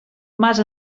mas